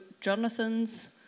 Jonathan's